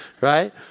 Right